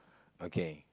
okay